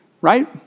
Right